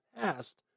past